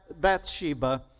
Bathsheba